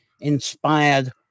inspired